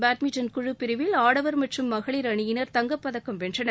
badminton குழு பிரிவில் ஆடவர் மற்றும் மகளிர் அணியினர் தங்கப் பதக்கம் வென்றனர்